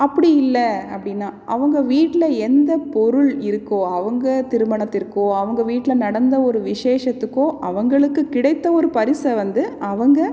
அப்படி இல்லை அப்படின்னா அவங்க வீட்டில் எந்த பொருள் இருக்கோ அவங்க திருமணத்திற்கோ அவங்க வீட்டில் நடந்த ஒரு விஷேசத்துக்கோ அவங்களுக்கு கிடைத்த ஒரு பரிசை வந்து அவங்க